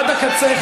עד הקצה,